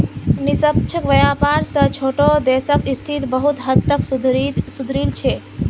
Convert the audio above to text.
निष्पक्ष व्यापार स छोटो देशक स्थिति बहुत हद तक सुधरील छ